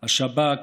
השב"כ,